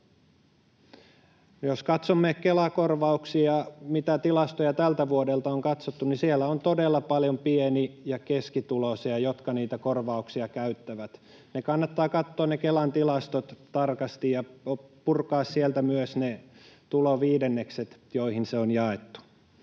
Jos katsomme Kela-korvauksia, mitä tilastoja tältä vuodelta on katsottu, niin siellä on todella paljon pieni- ja keskituloisia, jotka niitä korvauksia käyttävät. Kelan tilastot kannattaa katsoa tarkasti ja purkaa sieltä myös ne tuloviidennekset, joihin se on jaettu.